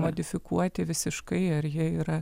modifikuoti visiškai ar jie yra